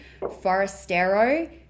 Forestero